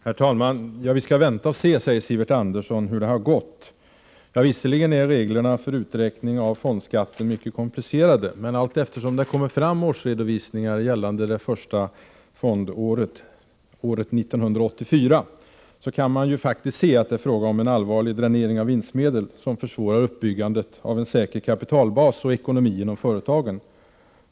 Herr talman! Vi skall vänta och se hur det har gått, säger Sivert Andersson. Ja, visserligen är reglerna för uträkning av fondskatten mycket komplicerade, men allteftersom det kommer fram årsredovisningar gällande det första fondåret, 1984, kan man faktiskt se att det är fråga om en allvarlig dränering av vinstmedel, som försvårar uppbyggandet av en säker kapitalbas och ekonomi inom företagen.